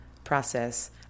process